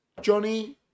Johnny